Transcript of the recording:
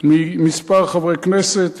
מכמה חברי כנסת,